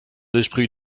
esprit